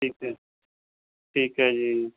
ਠੀਕ ਹੈ ਠੀਕ ਹੈ ਜੀ